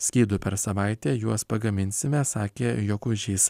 skydų per savaitę juos pagaminsime sakė jokužys